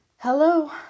Hello